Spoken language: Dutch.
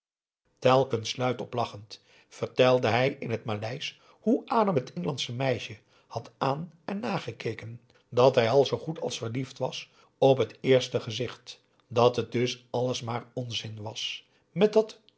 luid op lachend vertelde hij in het maleisch hoe adam het inlandsche meisje had aan en nagekeken dat hij al zoo goed als verliefd was op het eerste gezicht dat het dus alles maar onzin was met dat